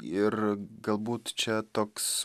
ir galbūt čia toks